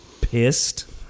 pissed